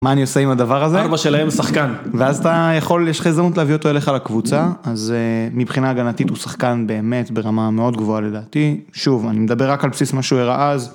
מה אני עושה עם הדבר הזה? אבא שלהם שחקן. ואז אתה יכול, יש חזרות להביא אותו אליך לקבוצה. אז מבחינה הגנתית הוא שחקן באמת ברמה מאוד גבוהה לדעתי. שוב, אני מדבר רק על בסיס מה שהוא הראה אז.